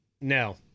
No